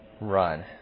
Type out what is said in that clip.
Run